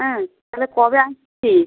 হ্যাঁ তাহলে কবে আসছিস